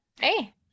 Hey